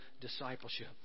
discipleship